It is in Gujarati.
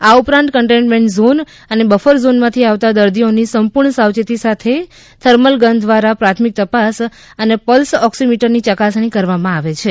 આ ઉપરાંત કન્ટેનમેન્ટ ઝોન અને બફર ઝોનમાંથી આવતા દર્દીઓની સંપૂર્ણ સાવચેતી સાથે થર્મલ ગન દ્વારા પ્રાથમિક તપાસ અને પલ્સ ઓક્સિમીટરની ચકાસણી કરવામાં આવે છે